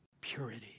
purity